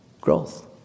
Growth